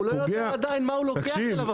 הוא לא יודע עדיין מה הוא לוקח אליו.